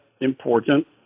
important